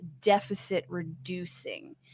deficit-reducing